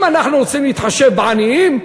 אם אנחנו רוצים להתחשב בעניים,